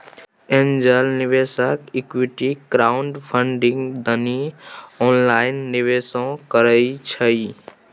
angel निवेशक equity crowdfunding दनी online निवेशो करइ छइ